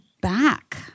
back